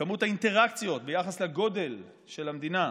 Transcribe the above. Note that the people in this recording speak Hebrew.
כמות האינטראקציות ביחס לגודל של המדינה,